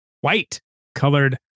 white-colored